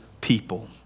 people